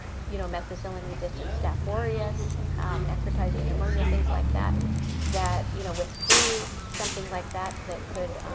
you know, methicillin resistance staphoreous, necrotizing pneumonia, things like that that you know with flu, something like that, that could